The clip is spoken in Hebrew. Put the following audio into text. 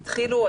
התחילו,